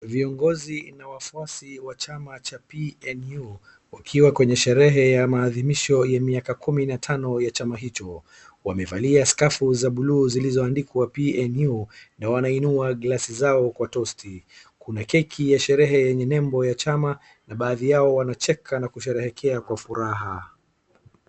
Viongozi na wa wafuasi wa chama cha PNU wakiwa kwenye sherehe ya maadhimisho ya miaka kumi na tano ya chama hicho. Wamevalia skafu za bluu zilizo andikwa PNU na wanainua glasi zao kwa tosti. Kuna akeki ya sherehe yenye nembo ya chama na baadhi yao wanacheka na kusherehekea kwa furaha.